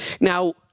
Now –